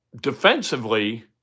Defensively